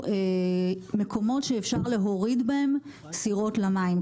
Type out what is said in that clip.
מקומות שאפשר להוריד בהם סירות למים.